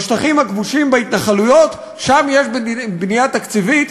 בשטחים הכבושים, בהתנחלויות, שם יש בנייה תקציבית.